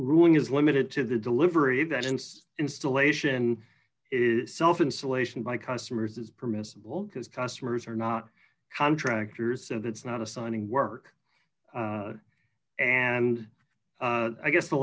ruling is limited to the delivery of that insists installation is self insulation by customers is permissible because customers are not contractors so that's not assigning work and i guess the